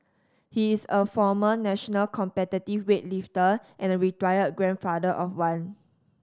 he is a former national competitive weightlifter and a retired grandfather of one